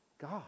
God